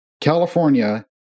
California